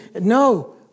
No